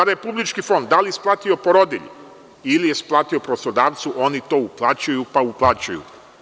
Republički fond, da li je isplatio porodilji ili je isplatio poslodavcu, oni to uplaćuju, pa uplaćuju.